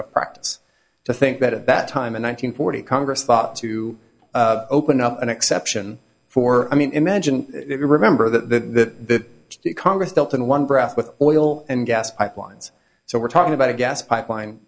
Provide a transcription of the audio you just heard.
of practice to think that at that time in one nine hundred forty congress thought to open up an exception for i mean imagine if you remember that the congress dealt in one breath with oil and gas pipelines so we're talking about a gas pipeline